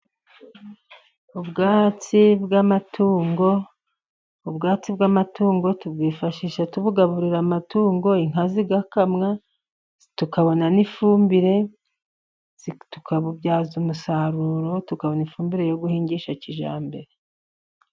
Ubwatsi bw'amatungo, ubwatsi bw'amatungo tubwifashisha tubugaburira amatungo, inka zigakamwa tukabona n'ifumbire tukabubyaza umusaruro, tukabona ifumbire yo guhingisha kijyambere.